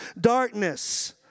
darkness